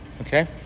okay